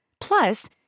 Plus